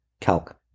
Calc